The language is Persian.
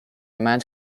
مند